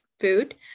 food